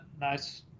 nice